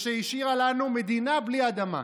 שהשאירה לנו מדינה בלי אדמה.